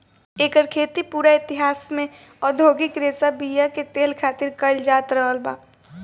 एकर खेती पूरा इतिहास में औधोगिक रेशा बीया के तेल खातिर कईल जात रहल बा